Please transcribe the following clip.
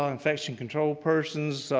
infection control persons,